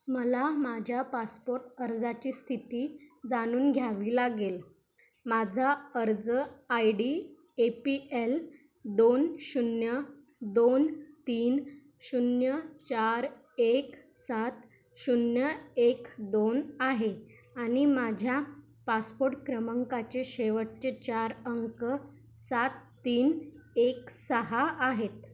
मला माझ्या पासपोर्ट अर्जाची स्थिती जाणून घ्यावी लागेल माझा अर्ज I D A P L दोन शून्य दोन तीन शून्य चार एक सात शून्य एक दोन आहे आणि माझ्या पासपोर्ट क्रमांकाचे शेवटचे चार अंक सात तीन एक सहा आहेत